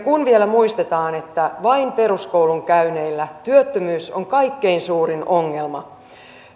muistetaan vielä että vain peruskoulun käyneillä työttömyys on kaikkein suurin ongelma